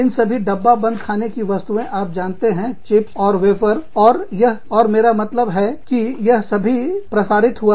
इन सभी डब्बा बंद खाने की वस्तुएँ आप जानते हैं चिप्स और वेफर और यह और मेरा मतलब है कि यह सभी प्रसारित हुआ